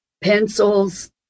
pencils